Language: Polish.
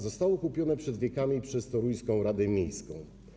Zostało kupione przed wiekami przez toruńską radę miejską.